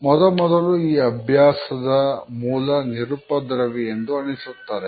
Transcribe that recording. ಮೊದಮೊದಲು ಈ ಅಭ್ಯಾಸದ ಮೂಲ ನಿರುಪದ್ರವಿ ಎಂದು ಅನಿಸುತ್ತದೆ